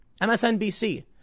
MSNBC